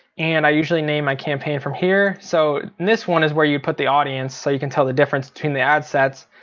and i usually name my campaign from here. so in this one is where you put the audience, so you can tell the difference between the ad sets.